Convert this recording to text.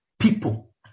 people